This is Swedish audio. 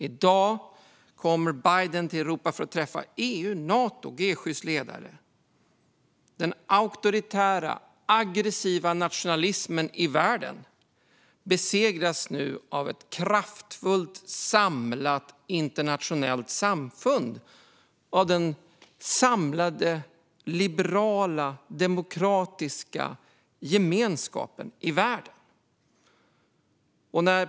I dag kommer Biden till Europa för att träffa EU, Nato och G7:s ledare. Den auktoritära, aggressiva nationalismen i världen besegras nu av ett kraftfullt, samlat internationellt samfund, av den samlade liberala, demokratiska gemenskapen i världen.